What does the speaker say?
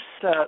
set